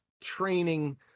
training